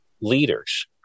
leaders